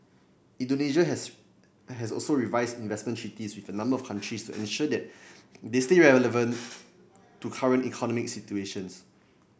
Indonesia has has also revised investment treaties with a number of countries to ensure that they stay relevant to current economic situations